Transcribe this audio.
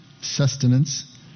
sustenance